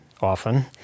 often